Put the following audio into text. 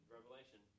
Revelation